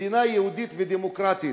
מדינה יהודית ודמוקרטית.